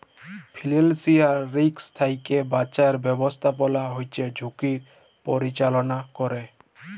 financial risk থ্যাইকে বাঁচার ব্যবস্থাপলা হছে ঝুঁকির পরিচাললা ক্যরে